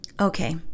Okay